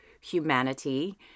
humanity